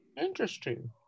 interesting